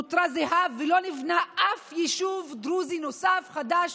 נותר זהה, ולא נבנה אף יישוב דרוזי נוסף, חדש,